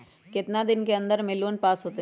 कितना दिन के अन्दर में लोन पास होत?